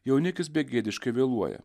jaunikis begėdiškai vėluoja